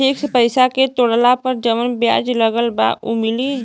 Fix पैसा के तोड़ला पर जवन ब्याज लगल बा उ मिली?